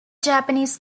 japanese